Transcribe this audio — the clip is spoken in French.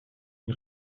une